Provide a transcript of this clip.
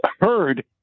heard